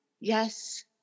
Yes